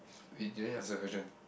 wait do you have the question